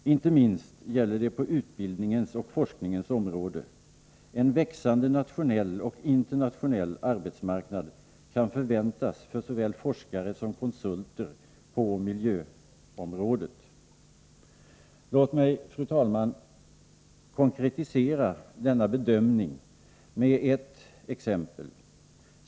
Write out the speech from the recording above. Icke minst gäller detta på utbildningens och forskningens område. En växande nationell och internationell arbetsmarknad kan förväntas för såväl forskare som konsulter på miljöområdet. Låt mig, fru talman, konkretisera denna bedömning med ett exempel.